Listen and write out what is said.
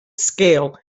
scale